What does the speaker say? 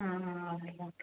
ആ okay okay